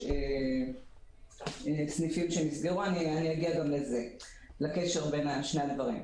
אני אגיע לקשר בין שני הדברים.